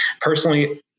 personally